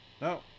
no